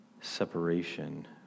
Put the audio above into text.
separation